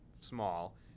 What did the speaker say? small